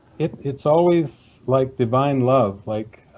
it's it's always like divine love. like